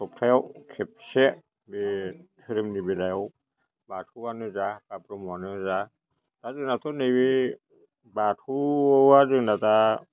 सप्तायाव खेबसे बे धोरोमनि बेलायाव बाथौआनो जा बा ब्रह्मआनो जा दा जोंनाथ' नैबे बाथौआ जोंना दा